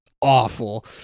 awful